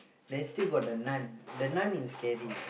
then still got The-Nun The-Nun is scary